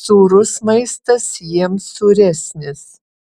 sūrus maistas jiems sūresnis